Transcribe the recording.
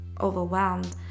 overwhelmed